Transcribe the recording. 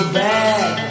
bad